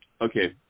Okay